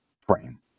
frame